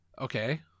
Okay